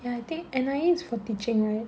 ya I think N_I_E is for teaching right